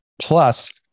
Plus